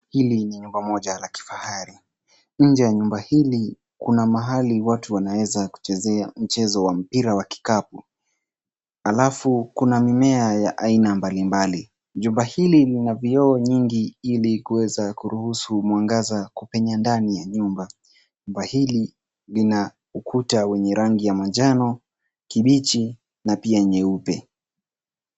Hili ni nyumba moja la kifahari, nje ya nyumba hili kuna mahali watu wanaweza kuchezea mchezo wa mpira wa kikapu. Alafu kuna mimea ya aina mbalimbali. Jumba hili lina vioo nyingi ili kuweza kuruhusu mwangaza kupenya ndani ya nyumba. Nyumba hili lina ukuta wenye rangi ya manjano kibichi na pia nyeupe.